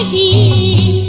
e